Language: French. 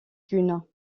dune